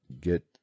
get